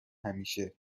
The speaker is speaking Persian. همیشه